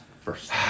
first